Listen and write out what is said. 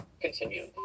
continue